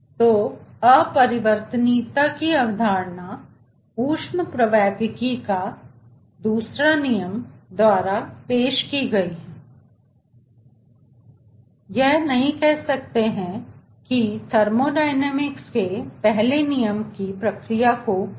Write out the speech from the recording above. तो अपरिवर्तनीयता की अवधारणा ऊष्मप्रवैगिकी का दूसरा नियम द्वारा पेश की गई है यह नहीं कहती है कि थर्मोडायनामिक्स के पहले नियम एक प्रक्रिया को निर्धारित करते हैं